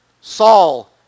Saul